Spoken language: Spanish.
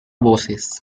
voces